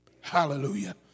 Hallelujah